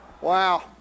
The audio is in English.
Wow